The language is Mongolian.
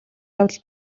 явдал